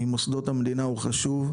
ממוסדות המדינה הוא חשוב,